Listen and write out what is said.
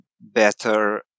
better